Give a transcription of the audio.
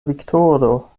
viktoro